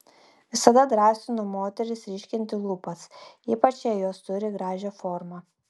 visada drąsinu moteris ryškinti lūpas ypač jei jos turi gražią formą